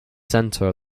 center